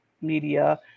media